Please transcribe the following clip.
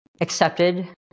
accepted